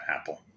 apple